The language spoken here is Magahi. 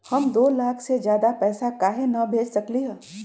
हम दो लाख से ज्यादा पैसा काहे न भेज सकली ह?